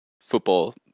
football